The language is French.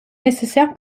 nécessaire